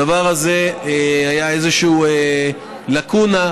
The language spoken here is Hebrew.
הדבר הזה היה איזושהי לקונה,